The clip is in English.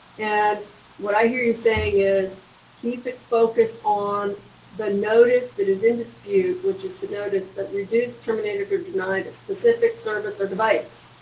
and what i hear you saying is keep it focused on the notice that is in dispute, which is the notice that reduced, terminated, or denied a specific service or device,